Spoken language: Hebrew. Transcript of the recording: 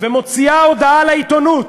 ומוציאה הודעה לעיתונות